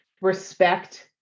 respect